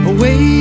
Away